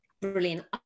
brilliant